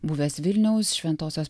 buvęs vilniaus šventosios